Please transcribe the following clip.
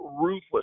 ruthless